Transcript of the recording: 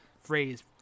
phrase